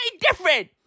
different